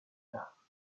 tard